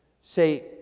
Say